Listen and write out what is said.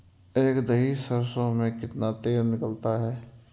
एक दही सरसों में कितना तेल निकलता है?